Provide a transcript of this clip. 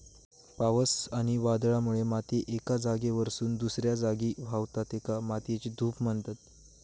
पावस आणि वादळामुळे माती एका जागेवरसून दुसऱ्या जागी व्हावता, तेका मातयेची धूप म्हणतत